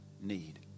need